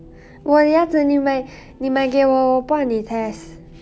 我的牙齿你买 你买给我我帮你 test